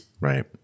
Right